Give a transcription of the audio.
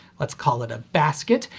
let's call it a basket,